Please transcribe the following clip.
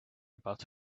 about